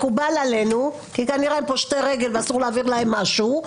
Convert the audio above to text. זה מקובל עלינו כנראה הם פושטי רגל ואסור להעביר להם משהו.